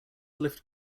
lift